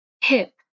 Hip